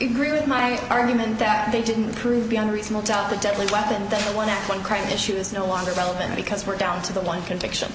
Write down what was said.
agree with my argument that they didn't prove beyond reasonable doubt the deadly weapon that one crime issue is no longer relevant because we're down to the one conviction